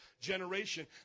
generation